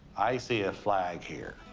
i see a flag here.